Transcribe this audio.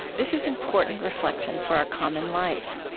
this is important reflection for our common life.